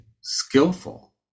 skillful